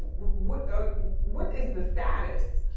what what is the status?